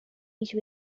each